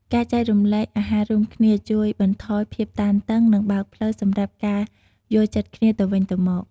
ការចែករំលែកអាហាររួមគ្នា ជួយបន្ថយភាពតានតឹង និងបើកផ្លូវសម្រាប់ការយល់ចិត្តគ្នាទៅវិញទៅមក។